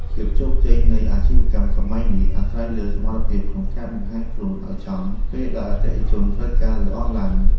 ភាពជោគជ័យនៃអាជីវកម្មសម័យនេះអាស្រ័យលើសមត្ថភាពក្នុងការបង្ហាញខ្លួនឱ្យចំពេលដែលអតិថិជនត្រូវការលើអនឡាញ។